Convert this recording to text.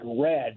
red